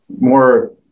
more